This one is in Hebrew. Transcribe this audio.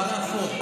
מה לעשות?